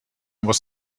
was